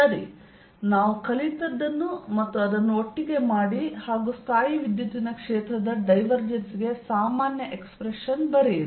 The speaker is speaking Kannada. ಸರಿ ನಾವು ಕಲಿತದ್ದನ್ನು ಮತ್ತು ಅದನ್ನು ಒಟ್ಟಿಗೆ ಮಾಡಿ ಹಾಗೂ ಸ್ಥಾಯೀವಿದ್ಯುತ್ತಿನ ಕ್ಷೇತ್ರದ ಡೈವರ್ಜೆನ್ಸ್ ಗೆ ಸಾಮಾನ್ಯ ಎಕ್ಸ್ಪ್ರೆಶನ್ ಬರೆಯಿರಿ